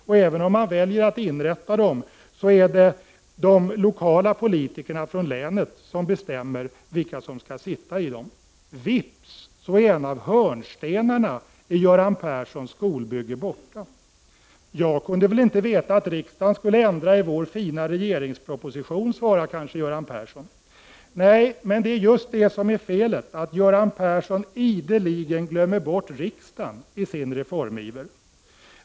Och även om man väljer att inrätta sådana nämnder är det de lokala politikerna från länet som bestämmer vilka som skall sitta i dem. Vips, så är en av hörnstenarna i Göran Perssons skolbygge borta. Jag kunde väl inte veta att riksdagen skulle ändra i vår fina regeringsproposition, svarar kanske Göran Persson. Nej, men det är just det som är felet, att Göran Persson ideligen glömmer bort riksdagen i sin reformiver.